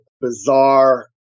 bizarre